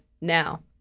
now